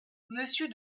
monsieur